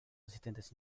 asistentes